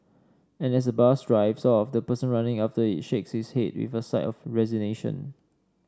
and as the bus drives off the person running after it shakes his head with a sigh of resignation